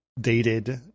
dated